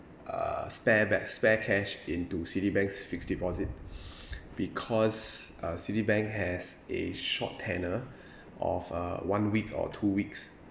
uh spare bag spare cash into citibank's fixed deposit because uh citibank has a short tenure of a one week or two weeks